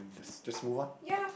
just move on